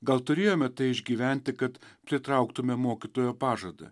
gal turėjome tai išgyventi kad pritrauktume mokytojo pažadą